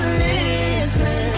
listen